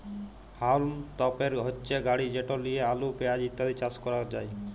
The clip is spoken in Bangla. হাউলম তপের হচ্যে গাড়ি যেট লিয়ে আলু, পেঁয়াজ ইত্যাদি চাস ক্যরাক যায়